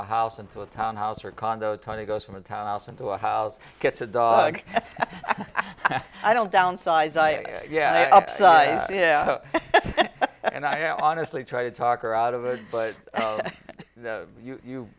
a house into a town house or condo tony goes from a townhouse into a house gets a dog i don't downsize i yeah yeah and i honestly tried to talk her out of it but you